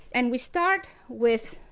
and we start with